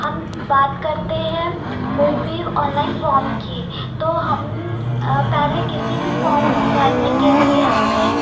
हम बात करते हैं कोई भी ऑनलाइन फॉर्म की तो हम पहले किसी भी फॉर्म को भरने के लिए हमें